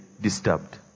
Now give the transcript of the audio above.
disturbed